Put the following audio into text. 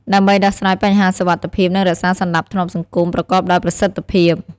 ដើម្បីដោះស្រាយបញ្ហាសុវត្ថិភាព និងរក្សាសណ្ដាប់ធ្នាប់សង្គម ប្រកបដោយប្រសិទ្ធភាព។